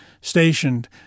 stationed